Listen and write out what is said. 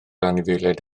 anifeiliaid